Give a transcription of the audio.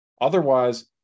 Otherwise